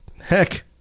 heck